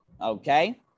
okay